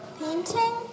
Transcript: painting